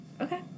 Okay